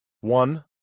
One